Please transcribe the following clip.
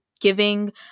giving